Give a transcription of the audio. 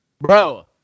bro